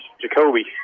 Jacoby